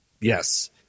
Yes